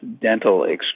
dental